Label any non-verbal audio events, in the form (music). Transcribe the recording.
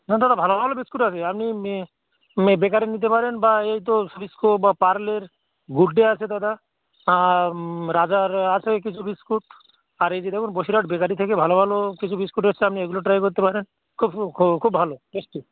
না দাদা ভালো ভালো বিস্কুট আছে আপনি (unintelligible) বেকারির নিতে পারেন বা এই তো সোবিস্কো বা পার্লের গুড ডে আছে দাদা আর রাজার আসে ওই কিছু বিস্কুট আর এই যে দেখুন বসিরহাট বেকারি থেকে ভালো ভালো কিছু বিস্কুট এসেছে আপনি এগুলো ট্রাই করতে পারেন খুব খুব খুব খুব ভালো টেস্টি